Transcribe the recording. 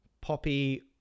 Poppy